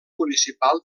municipal